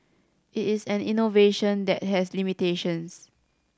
it is an innovation that has limitations